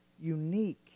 unique